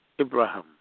Abraham